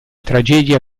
tragedia